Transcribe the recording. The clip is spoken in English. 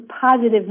positive